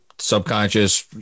Subconscious